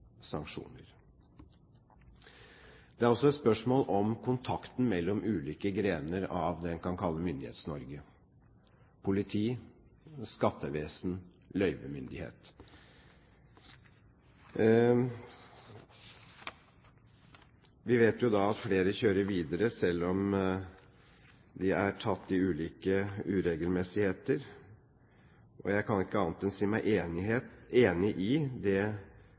Det er også et spørsmål om kontakten mellom ulike grener av det man kan kalle Myndighets-Norge – politi, skattevesen, løyvemyndighet. Vi vet jo at flere kjører videre selv om de er tatt i ulike uregelmessigheter, og jeg kan ikke annet enn si meg enig i det